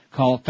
Call